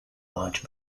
large